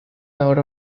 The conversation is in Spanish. ahora